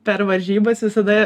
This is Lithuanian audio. per varžybas visada